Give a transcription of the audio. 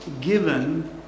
given